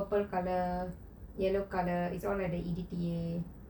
purple colour yellow colour it's all like the E_D_T_A